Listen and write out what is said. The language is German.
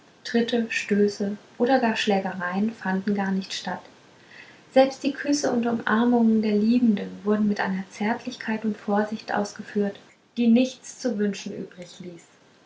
tritte stöße oder gar schlägereien fanden gar nicht statt selbst die küsse und umarmungen der liebenden wurden mit einer zärtlichkeit und vorsicht ausgeführt die nichts zu wünschen übrigließ